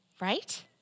Right